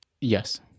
Yes